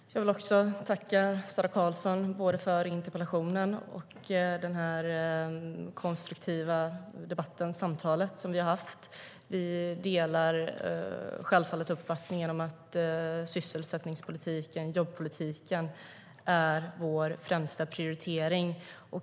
Fru talman! Jag vill också tacka Sara Karlsson, både för interpellationen och för den konstruktiva debatt och det samtal som vi har haft. Vi delar självfallet uppfattningen att sysselsättningspolitiken och jobbpolitiken är vår främsta prioritering.